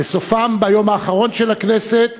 וסופן ביום האחרון של הכנסת